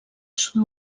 sud